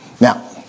Now